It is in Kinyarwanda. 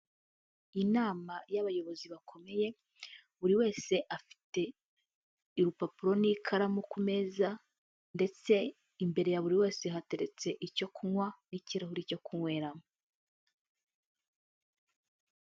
Inama y'abayobozi bakomeye buri wese afite urupapuro n'ikaramu ku meza ndetse imbere ya buri wese hateretse icyo kunywa n'kirahure cyo kunyweramo.